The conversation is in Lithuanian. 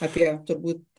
apie turbūt